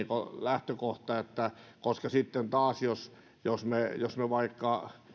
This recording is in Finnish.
lähtökohta koska sitten taas jos me